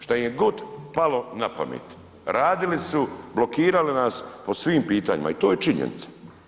Šta im je god palo na pamet, radili su, blokirali nas po svim pitanjima i to je činjenica.